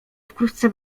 wkrótce